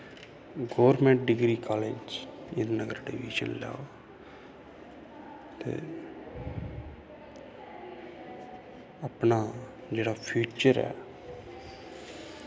government Hiranagar admission लैओ ते अपना जेह्ड़ा फ्यूचर ऐ